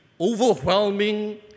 overwhelming